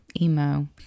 Emo